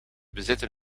bezitten